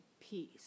peace